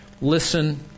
listen